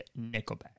Nickelback